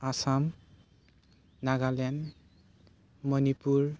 Assam Nagaland Manipur